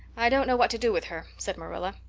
i don't know what to do with her, said marilla.